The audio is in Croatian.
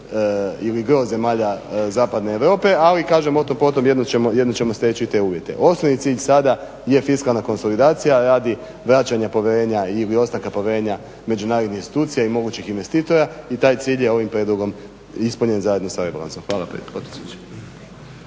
ili gro zemalja zapadne Europe, ali kažem o tom potom. Jednom ćemo steći i te uvjete. Osnovni cilj sada je fiskalna konsolidacija radi vraćanja povjerenja ili opstanka povjerenja međunarodnih institucija i mogućih investitora i taj cilj je ovim prijedlogom ispunjen sa rebalansom. Hvala potpredsjedniče.